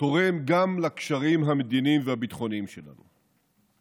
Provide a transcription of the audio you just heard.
תורם גם לקשרים המדיניים והביטחוניים שלנו.